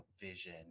Vision